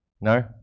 No